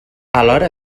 alhora